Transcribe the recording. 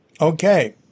okay